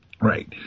Right